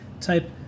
type